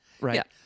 Right